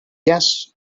yes